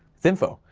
it's info,